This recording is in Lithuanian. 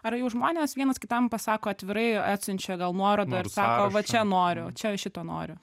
ar jau žmonės vienas kitam pasako atvirai atsiunčia gal nuorodą ir sako va čia noriu čia šito noriu